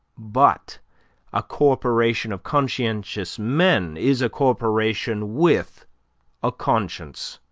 but a corporation of conscientious men is a corporation with a conscience.